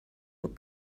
were